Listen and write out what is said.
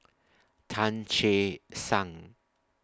Tan Che Sang